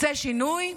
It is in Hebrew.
רוצה שינוי?